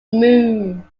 moon